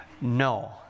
No